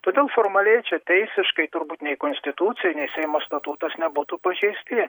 todėl formaliai čia teisiškai turbūt nei konstitucija nei seimo statutas nebūtų pažeisti